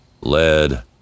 lead